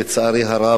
לצערי הרב,